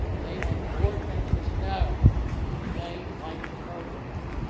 they let board members know that they liked the program.